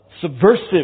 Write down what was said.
subversive